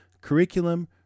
curriculum